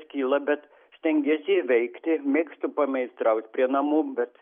kyla bet stengiesi įveikti mėgstu pameistraut prie namų bet